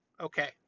okay